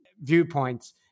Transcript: viewpoints